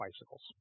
bicycles